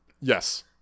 Yes